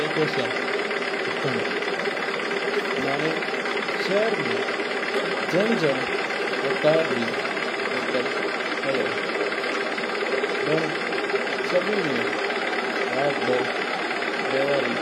देखो सा हुकम मना सहरर मैं जन-जन प्रकार री होटल हुआ है। वणा सभी मैं रात भर रेवणा री